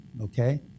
okay